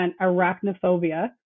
arachnophobia